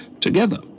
Together